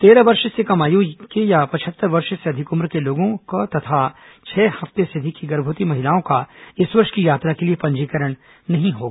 तेरह वर्ष से कम आयु के या पचहत्तर वर्ष से अधिक उम्र के लोगों का तथा छह हफ्ते से अधिक की गर्भवती महिलाओं का इस वर्ष की यात्रा के लिए पंजीकरण नहीं होगा